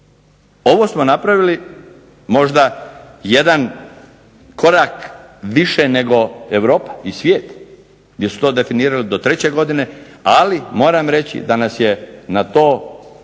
Ovo smo napravili možda jedan korak više nego Europa i svijet gdje su to definirali do 3. godine, ali moram reći da nas je na to primorala